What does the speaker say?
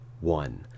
one